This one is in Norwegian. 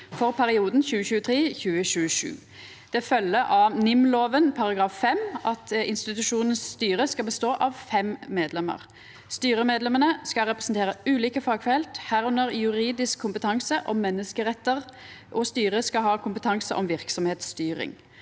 for perioden 2023–2027. Det følgjer av NIM-lova § 5 at institusjonens styre skal bestå av fem medlemer. Styremedlemene skal representera ulike fagfelt, m.a. juridisk kompetanse om menneskerettar, og styret skal ha kompetanse om verksemdsstyring.